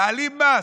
מעלים מס.